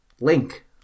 Link